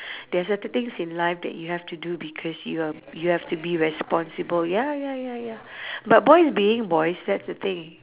there're certain things in life that you have to do because you're you have to be responsible ya ya ya ya but boys being boys that's the thing